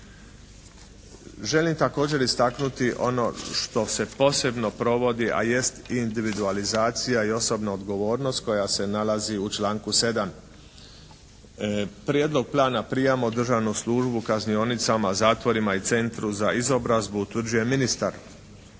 Želim također istaknuti ono što se posebno provoditi a jest individualizacija i osobna odgovornost koja se nalazi u članku 7. Prijedlog plana prijama u državnu službu u kaznionicama, zatvorima i centru za izobrazbu utvrđuje ministar,